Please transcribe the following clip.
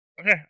Okay